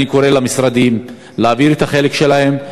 אני קורא למשרדים להעביר את החלק שלהם,